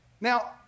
Now